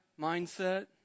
mindset